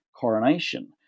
coronation